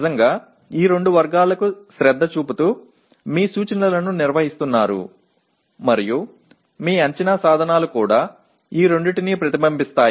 அல்லது இந்த இரண்டு வகைகளிலும் கவனம் செலுத்தி உங்கள் அறிவுறுத்தலை நீங்கள் உண்மையில் நடத்துகிறீர்கள் மேலும் உங்கள் மதிப்பீட்டு கருவிகளும் இந்த இரண்டையும் பிரதிபலிக்கின்றன